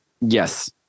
Yes